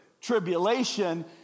tribulation